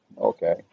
okay